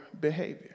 behavior